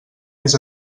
més